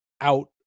out